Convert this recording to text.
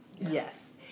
Yes